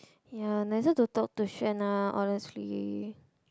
ya nicer to talk to Xuan lah honestly